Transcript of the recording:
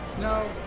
No